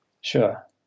Sure